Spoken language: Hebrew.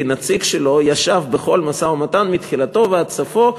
כי נציג שלו ישב בכל המשא-ומתן מתחילתו ועד סופו,